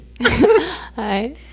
Hi